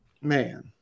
Man